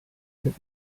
that